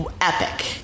epic